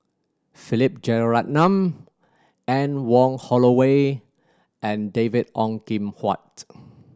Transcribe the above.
Philip Jeyaretnam Anne Wong Holloway and David Ong Kim Huat